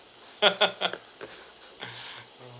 ugh